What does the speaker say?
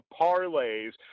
parlays